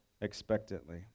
expectantly